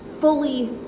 fully